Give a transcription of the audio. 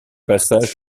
passage